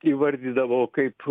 įvardydavo kaip